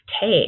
take